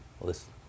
listen